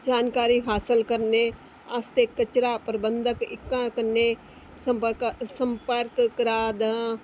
जानकारी हासल करने आस्तै कचरा प्रबंधक कन्नै सम्पर्क करा दां